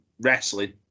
wrestling